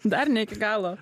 dar ne iki galo